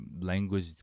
language